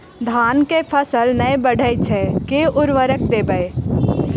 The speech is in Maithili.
धान कऽ फसल नै बढ़य छै केँ उर्वरक देबै?